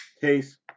case